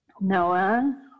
Noah